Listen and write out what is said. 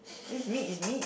is me is me